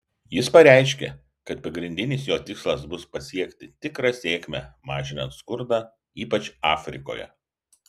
jis pareiškė kad pagrindinis jo tikslas bus pasiekti tikrą sėkmę mažinant skurdą ypač afrikoje